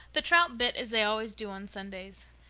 the trout bit as they always do on sundays.